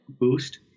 boost